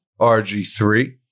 RG3